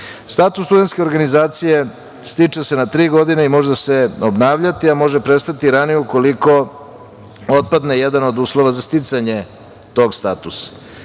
studentske organizacije se stiče na tri godine i može se obnavljati, a može prestati ranije ukoliko otpadne jedan od uslova za sticanje tog statusa.